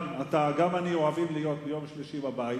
גם אתה וגם אני אוהבים להיות ביום שלישי בבית,